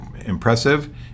impressive